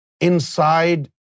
inside